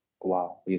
wow